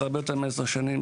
וזה הרבה יותר מעשר שנים,